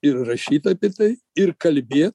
ir rašyt apie tai ir kalbėt